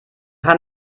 kann